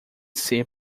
ser